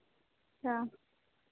अच्छा